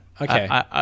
Okay